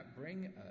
bring